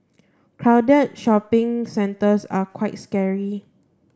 crowded shopping centres are quite scary